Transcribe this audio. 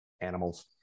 animals